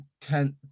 Ten